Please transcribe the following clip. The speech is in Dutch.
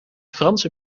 franse